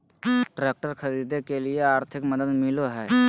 Tractor खरीदे के लिए आर्थिक मदद मिलो है?